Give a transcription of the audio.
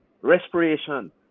respiration